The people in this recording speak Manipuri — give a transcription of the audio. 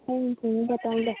ꯑꯩꯅ ꯊꯤꯔꯤ ꯕꯠꯇꯜꯗꯣ